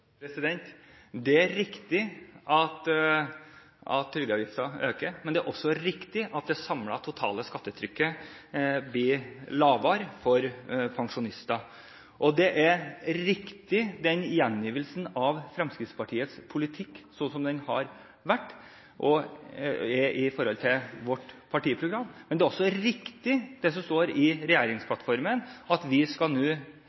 at det samlede totale skattetrykket for pensjonister blir lavere. Gjengivelsen av Fremskrittspartiets politikk er riktig, sånn som den har vært og er i vårt partiprogram, men det er også riktig det som står i regjeringsplattformen, at vi nå